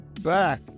back